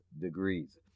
degrees